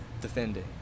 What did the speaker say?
defending